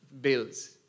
bills